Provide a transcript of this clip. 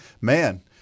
man